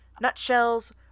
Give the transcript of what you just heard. Nutshells